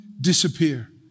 disappear